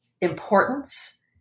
importance